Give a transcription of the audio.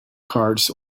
cards